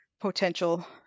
potential